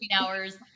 hours